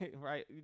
right